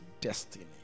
destiny